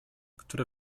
które